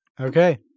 Okay